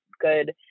good